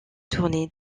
tournés